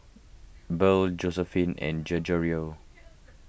Burl Joseline and Gregorio